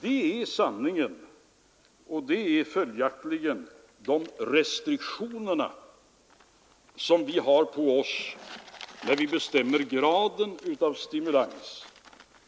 Det är sanningen, och det är följaktligen de restriktionerna vi har på oss, när vi bestämmer graden av stimulans.